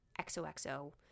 xoxo